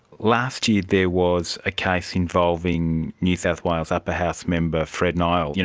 last year there was a case involving new south wales upper house member fred nile, you know